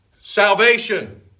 salvation